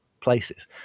places